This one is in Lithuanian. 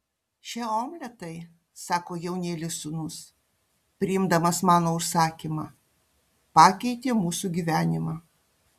šie omletai sako jaunėlis sūnus priimdamas mano užsakymą pakeitė mūsų gyvenimą